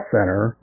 Center